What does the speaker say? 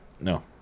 no